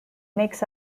makes